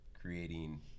creating